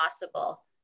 possible